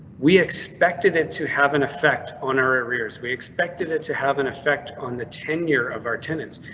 we expected it to have an effect on our areas. we expected it to have an effect on the tenure of our tenants.